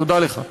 תודה לך.